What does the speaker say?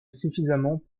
suffisamment